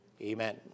Amen